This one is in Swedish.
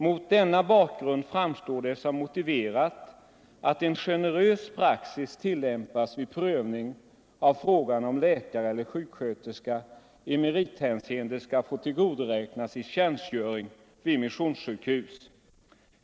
———- Mot denna bakgrund framstår det som motiverat att en generös praxis tillämpas vid prövning av frågan om läkare eller sjuksköterska i merithänseende skall få tillgodoräkna sig tjänstgöring vid missionssjukhus.